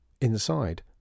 Inside